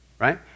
right